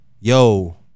yo